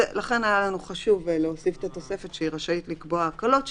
לכן היה לנו חשוב להוסיף את התוספת שהיא רשאית לקבוע הקלות.